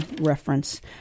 reference